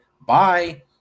bye